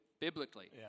biblically